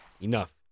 enough